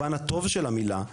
במובן הטוב של המילה,